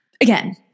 again